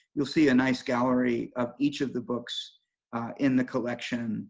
you'll see a nice gallery of each of the books in the collection